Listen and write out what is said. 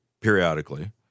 periodically